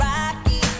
Rocky